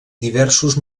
diversos